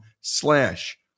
slash